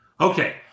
Okay